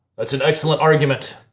that's an excellent argument.